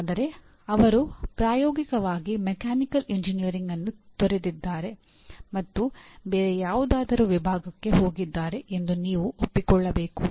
ಆದರೆ ಅವರು ಪ್ರಾಯೋಗಿಕವಾಗಿ ಮೆಕ್ಯಾನಿಕಲ್ ಎಂಜಿನಿಯರಿಂಗ್ ಅನ್ನು ತೊರೆದಿದ್ದಾರೆ ಮತ್ತು ಬೇರೆ ಯಾವುದಾದರೂ ವಿಭಾಗಕ್ಕೆ ಹೋಗಿದ್ದಾರೆ ಎಂದು ನೀವು ಒಪ್ಪಿಕೊಳ್ಳಬೇಕು